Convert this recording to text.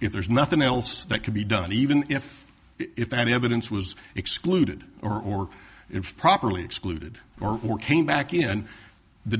if there's nothing else that could be done even if if that evidence was excluded or if properly excluded or or came back in the